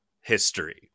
history